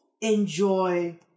enjoy